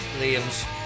Liam's